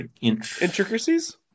Intricacies